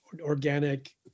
organic